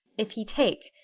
if he take,